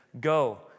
Go